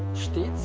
still